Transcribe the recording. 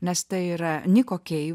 nes tai yra niko keivo